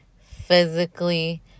physically